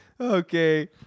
Okay